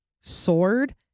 sword